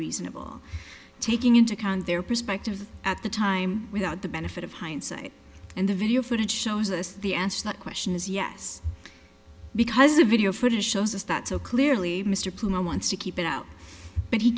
reasonable taking into account their perspective at the time without the benefit of hindsight and the video footage shows us the asked that question is yes because a video footage shows us that so clearly mr plume i want to keep it out but he